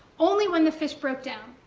only when the fish broke down.